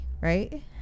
right